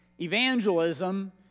evangelism